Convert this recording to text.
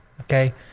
Okay